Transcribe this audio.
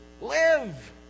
Live